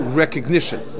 recognition